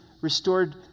restored